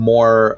More